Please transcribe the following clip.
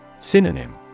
Synonym